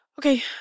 okay